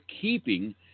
keeping